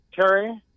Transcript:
Terry